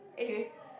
anyway